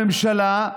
למדנו מהקואליציה משהו.